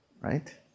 right